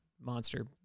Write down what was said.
monster